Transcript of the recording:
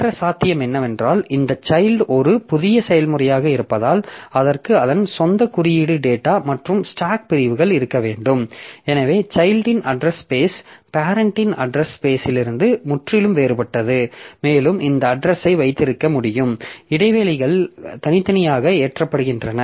மற்ற சாத்தியம் என்னவென்றால் இந்த சைல்ட் ஒரு புதிய செயல்முறையாக இருப்பதால் அதற்கு அதன் சொந்த குறியீடு டேட்டா மற்றும் ஸ்டாக் பிரிவுகள் இருக்க வேண்டும் எனவே சைல்ட்யின் அட்ரஸ் ஸ்பேஸ் பேரெண்ட்டின் அட்ரஸ் ஸ்பேஷிலிருந்து முற்றிலும் வேறுபட்டது மேலும் இந்த அட்ரஸ்ஐ வைத்திருக்க முடியும் இடைவெளிகள் தனித்தனியாக ஏற்றப்படுகின்றன